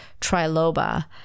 triloba